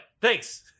thanks